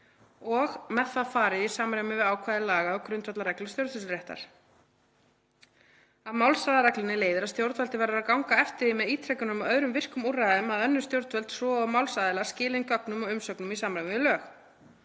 og með það farið í samræmi við ákvæði laga og grundvallarreglur stjórnsýsluréttar. Af málshraðareglunni leiðir að stjórnvaldið verður að ganga á eftir því með ítrekunum og öðrum virkum úrræðum að önnur stjórnvöld svo og málsaðilar skili inn gögnum og umsögnum í samræmi við lög.